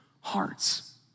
hearts